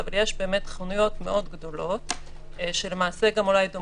ברחוב יפו בירושלים אין חניה.